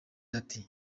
ati